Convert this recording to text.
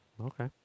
Okay